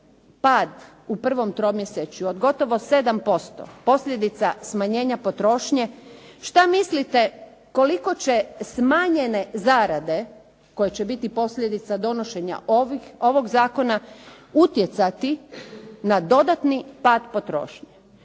u prvom tromjesečju od gotovo 7% posljedica smanjenja potrošnje, šta mislite koliko će smanjene zarade koje će biti posljedica donošenja ovog zakona utjecati na dodatni pad potrošnje?